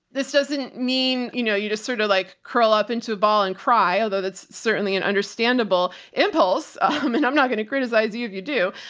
this doesn't mean, you know, you just sorta like curl up into a ball and cry. although that's certainly an understandable impulse um and i'm not going to criticize you if you do,